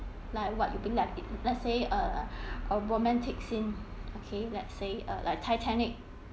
like what you'll be left let's say uh a romantic scene okay let's say uh like titanic